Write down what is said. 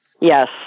Yes